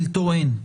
בלתו אין.